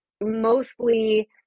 mostly